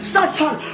Satan